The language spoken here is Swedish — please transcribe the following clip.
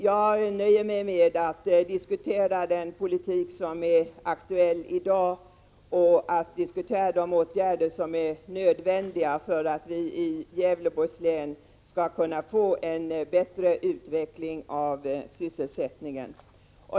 Jag nöjer mig med att diskutera den politik som är aktuell i dag och att diskutera de åtgärder som är nödvändiga för att vi i Gävleborgs län skall kunna få en bättre utveckling av sysselsättningen.